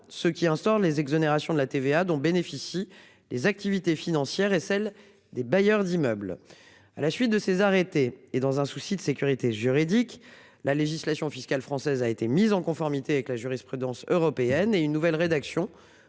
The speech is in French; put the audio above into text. ce qui en sort les exonérations de la TVA dont bénéficient les activités financières et celle des bailleurs d'immeubles à la suite de ces arrêtés et dans un souci de sécurité juridique. La législation fiscale française a été mise en conformité avec la jurisprudence européenne et une nouvelle rédaction